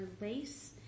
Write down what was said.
Lace